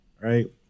right